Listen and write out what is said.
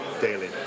daily